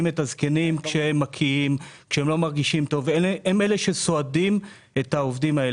את הזקנים כשהם לא מרגישים טוב וכשהם מקיאים; הם אלה שסועדים אותם.